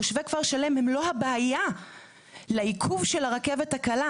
תושבי כפר שלם הם לא הבעיה לעיכוב של הרכבת הקלה.